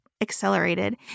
accelerated